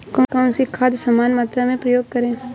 कौन सी खाद समान मात्रा में प्रयोग करें?